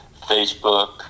Facebook